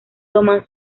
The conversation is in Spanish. toman